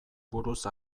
buruz